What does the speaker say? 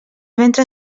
ventre